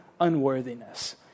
unworthiness